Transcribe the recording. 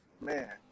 Man